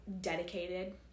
dedicated